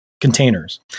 containers